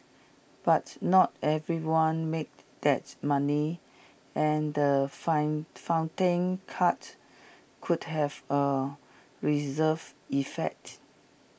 but not everyone made that money and the find funding cut could have A reserve effect